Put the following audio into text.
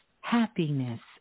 happiness